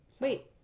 Wait